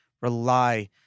rely